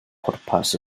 pwrpas